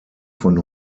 von